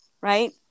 right